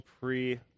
pre